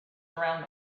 around